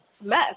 mess